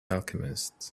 alchemist